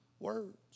Words